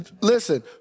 listen